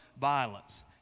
violence